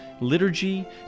liturgy